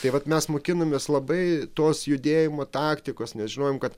tai vat mes mokinomės labai tos judėjimo taktikos nes žinojom kad